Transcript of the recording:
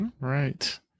right